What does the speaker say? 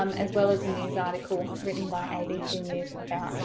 um as well as a news article written by abc news about